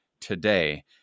today